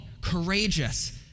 courageous